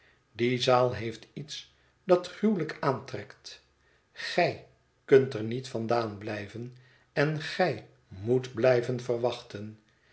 die zaal heeft iets dat gruwelijk aantrekt gij kunt er niet vandaan blijven en gij moet blijven verwachten